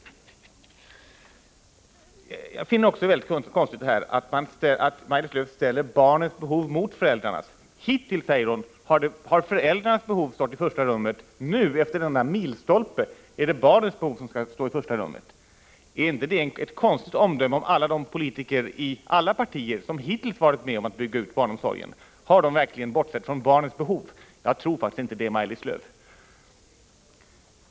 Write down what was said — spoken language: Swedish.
Jag finner det också mycket konstigt att Maj-Lis Lööw ställer barnens behov mot föräldrarnas. Hittills, säger hon, har föräldrarnas behov stått i första rummet. Nu efter denna milstolpe är det barnens behov som skall stå i första rummet. Är inte detta ett konstigt omdöme om alla de politiker i alla partier som hittills har varit med om att bygga ut barnomsorgen? Har de verkligen bortsett från barnens behov? Jag tror faktiskt inte det, Maj-Lis Lööw.